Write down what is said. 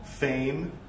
Fame